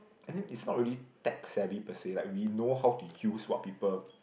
and then is not really tech savvy per say like we know how to use what people